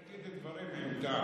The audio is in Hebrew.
תגיד דברים עם טעם,